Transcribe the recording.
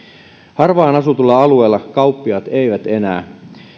harvaan asutulla alueella kauppiaat eivät enää